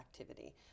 activity